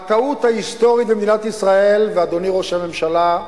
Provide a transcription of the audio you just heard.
הטעות ההיסטורית במדינת ישראל, ואדוני ראש הממשלה,